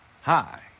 Hi